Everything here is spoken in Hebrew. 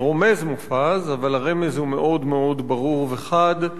רומז מופז, אבל הרמז הוא מאוד מאוד ברור וחד,